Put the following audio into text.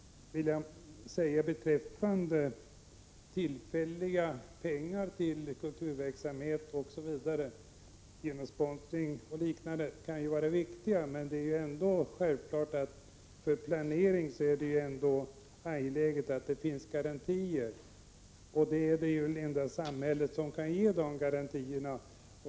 Tillfälliga pengar till kulturverksamhet m.m. genom sponsring och liknande kan vara viktiga, men för planeringen är det självklart angeläget att det finns garantier, och det är endast samhället som kan ge de garantierna.